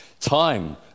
time